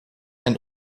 and